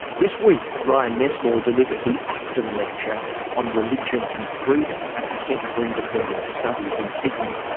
this week ryan messmore delivered the acton lecture on religion and freedom at the centre for independent studies in sydney.